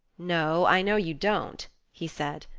no, i know you don't, he said.